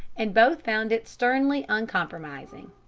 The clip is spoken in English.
and both found it sternly uncompromising.